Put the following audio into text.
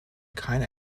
keiner